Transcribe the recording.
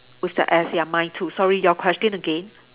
with the S ya mine too sorry your question again